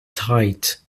tight